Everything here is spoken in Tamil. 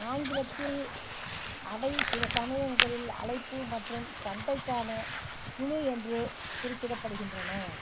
ஆங்கிலத்தில் அவை சில சமயங்களில் அழைப்பு மற்றும் சண்டைக்கான குழு என்று குறிப்பிடப்படுகின்றன